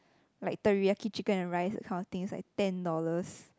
like teriyaki chicken and rice that kind of thing is like ten dollars